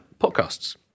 podcasts